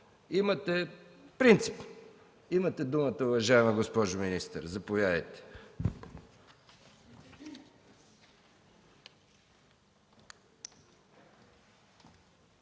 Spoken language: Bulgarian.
– принципно. Имате думата, уважаема госпожо министър. Заповядайте.